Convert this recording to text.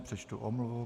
Přečtu omluvu.